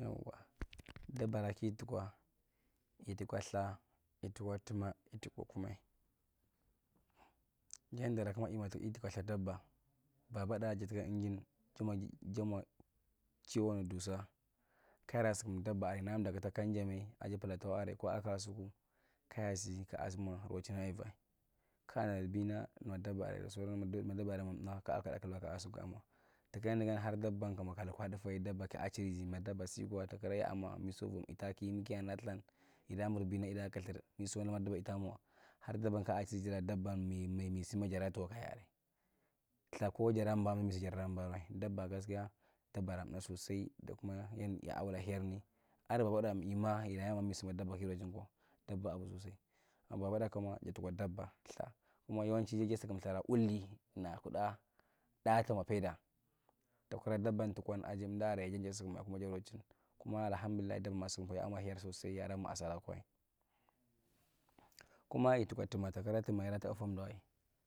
Yauwa dabbara ki tukwa itikwa ltha, itikwa timma, itikwa kunai, yaddara ki twa kuma ltukwa ltha dabba babatda jatuka injin ji jamawa jammwa kawon dusa kayaara sukum dabba’arae nan dakui kainjami aji palatawa aray ko akwa kasuku kaa si kasimwa rochinai’vae kaa nacar bina nur dabbaray da sauransu duk maduba mamtda kara kil ba kasi mwa tuka nigan har dabban kamwa ka luka tdu fawae dabba ka’a ch;rigi ma dabba sikwa takira miamwa miso vom ita khu yimi kia nanaa lthan ita mir bina ita kothin misoni ma dabban itaa mwa har dabban kaa chirigi la dabban mi misi ma jaraa tuwa kayi aray ltha ko jarambamzi jaradaa awae dabba gaskiya dabbara tna sosai da kumaa ya’awula hiyerni adi baba’atda wa mi yima yira yamma misukumba dabba ki rochin kwa dabba awi sosai babatna kuma jatukwa dabba ltha kuma yawanchi jeyi jasukum lthara wulli na kutna tna tamwa peda takira dabban tukwan ajimdu’aray ja sukumae kuma jarochin kuma alahamdullai ma’a sukum kwa ya’a mwa hiyar sosai ya’aadamwa asira kowae. Kumaa itikwa timma tikira tuma yada taba fomdawae